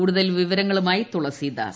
കൂടുതൽ വിവരങ്ങളുമായി തുളസീദാസ്